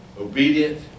obedient